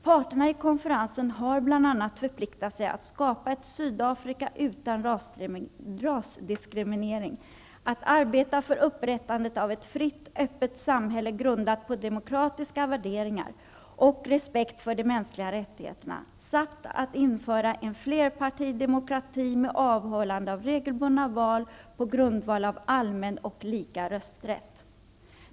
Parterna i konferensen har bl.a. förpliktigat sig att skapa ett Sydafrika utan rasdiskriminering, att arbeta för upprättande av ett fritt öppet samhälle grundat på demokratiska värderingar och respekt för de mänskliga rättigheterna samt att införa en flerpartidemokrati med avhållande av regelbundna val på grundval av allmän och lika rösträtt.